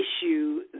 issue